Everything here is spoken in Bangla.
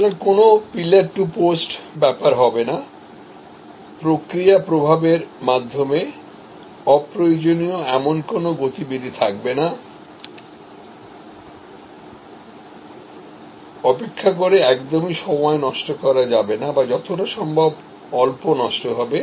সুতরাং কোন pillar to post ব্যাপার হবে না প্রক্রিয়া প্রবাহের মাধ্যমে অপ্রয়োজনীয় এমন কোনও গতিবিধি থাকবে না অপেক্ষা করে সময় একদমই নষ্ট করা যাবে না বা যতটা সম্ভব কম সময় নষ্ট হবে